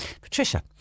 Patricia